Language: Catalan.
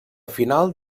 final